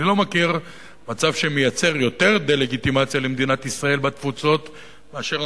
אני לא מכיר מצב שמייצר יותר דה-לגיטימציה למדינת ישראל בתפוצות מאשר,